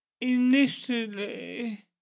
Initially